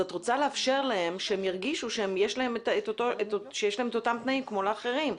אז את רוצה לאפשר להם שהם ירגישו שיש להם אותם תנאים כמו לאחרים.